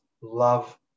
love